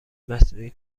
مصنوعی